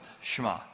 Shema